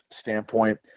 standpoint